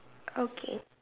okay